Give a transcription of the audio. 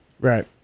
right